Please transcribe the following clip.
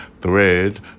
Thread